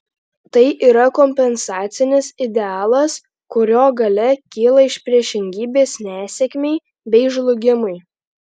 tai yra kompensacinis idealas kurio galia kyla iš priešingybės nesėkmei bei žlugimui